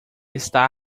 está